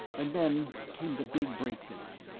and then came the big breakthrough.